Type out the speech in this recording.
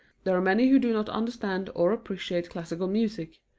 there are many who do not understand or appreciate classical music.